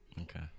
Okay